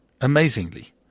amazingly